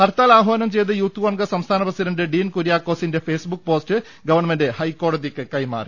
ഹർത്താൽ ആഹ്വാനം ചെയ്ത് യൂത്ത് കോൺഗ്രസ് സംസ്ഥാന പ്രസിഡന്റ് ഡീൻ കുര്യാക്കോസിന്റെ ഫേസ്ബുക്ക് പോസ്റ്റ് ഗവൺമെന്റ് ഹൈക്കോടതിക്ക് കൈമാറി